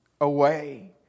away